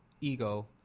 ego